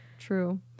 True